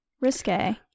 risque